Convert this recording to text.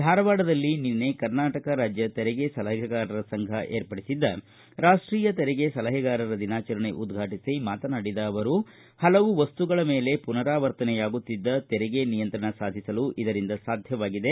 ಧಾರವಾಡದಲ್ಲಿ ನಿನ್ನೆ ಕರ್ನಾಟಕ ರಾಜ್ಯ ತೆರಿಗೆ ಸಲಹೆಗಾರರ ಸಂಘ ಏರ್ಪಡಿಸಿದ್ದ ರಾಷ್ಷೀಯ ತೆರಿಗೆ ಸಲಹೆಗಾರರ ದಿನಾಚರಣೆ ಉದ್ಘಾಟಿಸಿ ಮಾತನಾಡಿದ ಅವರು ಹಲವು ವಸ್ತುಗಳ ಮೇಲೆ ಪುನರಾವರ್ತನೆಯಾಗುತ್ತಿದ್ದ ತೆರಿಗೆ ನಿಯಂತ್ರಣ ಸಾಧಿಸಲು ಇದರಿಂದ ಸಾಧ್ಯವಾಗಿದೆ